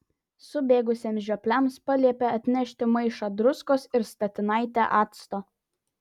subėgusiems žiopliams paliepė atnešti maišą druskos ir statinaitę acto